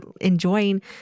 enjoying